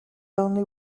only